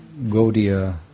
Godia